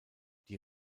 die